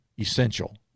essential